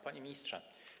Panie Ministrze!